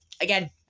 again